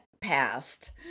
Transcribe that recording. passed